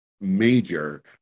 major